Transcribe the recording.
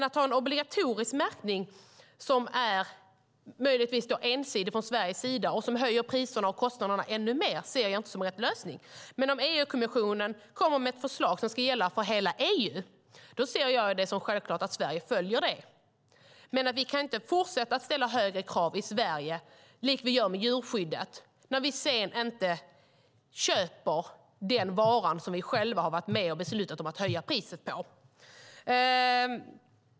Att ha en obligatorisk märkning som möjligtvis är ensidig från Sveriges sida och som höjer priserna och kostnaderna ännu mer ser jag dock inte som rätt lösning, men om EU-kommissionen kommer med ett förslag som ska gälla för hela EU ser jag det som självklart att Sverige följer det. Jag menar att vi inte kan fortsätta att ställa högre krav i Sverige, vilket vi gör med djurskyddet, när vi sedan inte köper den vara som vi själva har varit med och beslutat om att höja priset på.